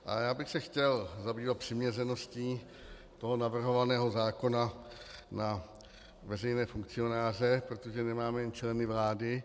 A já bych se chtěl zabývat přiměřeností navrhovaného zákona na veřejné funkcionáře, protože nemáme jen členy vlády.